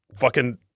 fucking-